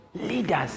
leaders